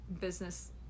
business